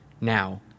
now